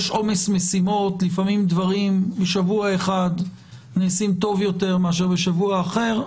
יש עומס משימות ולפעמים דברים משבוע אחד נעשים טוב יותר מאשר בשבוע אחר.